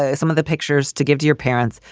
ah some of the pictures to give to your parents.